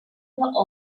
number